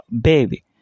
Baby